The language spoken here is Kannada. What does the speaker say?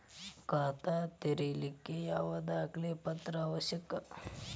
ಖಾತಾ ತೆರಿಲಿಕ್ಕೆ ಯಾವ ದಾಖಲೆ ಪತ್ರ ಅವಶ್ಯಕ?